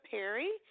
Perry